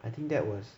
I think that was